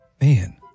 Man